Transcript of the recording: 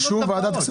אני שכחתי.